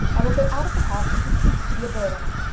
i will go out of the house and will cease to be a burden.